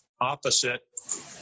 opposite